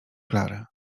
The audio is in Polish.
klarę